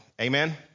Amen